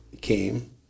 came